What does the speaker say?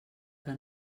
que